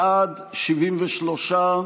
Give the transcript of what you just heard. בעד, 73,